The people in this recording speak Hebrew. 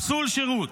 פסול שירות.